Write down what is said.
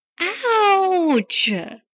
Ouch